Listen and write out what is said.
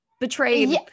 betrayed